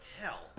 Hell